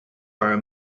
are